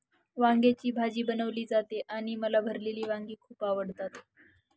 वांग्याची भाजी बनवली जाते आणि मला भरलेली वांगी खूप आवडतात